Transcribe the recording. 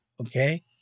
okay